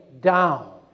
down